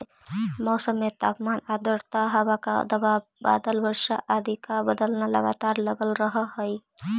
मौसम में तापमान आद्रता हवा का दबाव बादल वर्षा आदि का बदलना लगातार लगल रहअ हई